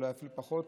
אולי אפילו פחות,